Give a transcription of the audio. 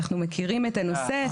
אנחנו מכירים את הנושא.